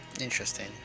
Interesting